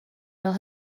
fel